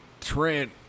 Trent